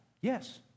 Yes